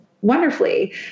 wonderfully